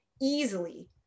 easily